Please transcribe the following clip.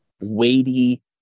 weighty